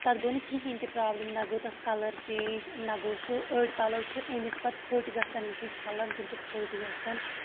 تَتھ گوٚو نہٕ کِہینۍ تہِ پرابلِم نہ گوٚو تَتھ کَلر چینج نہ گوٚو سُہ أڑۍ پَلو چھِ أنِتھ پَتہٕ ژھوٚٹۍ گژھان یِتھُے چلان تِم تہِ ژھوٚٹۍ گژھان